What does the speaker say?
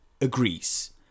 agrees